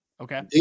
Okay